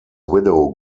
widow